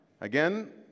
Again